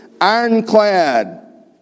ironclad